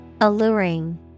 Alluring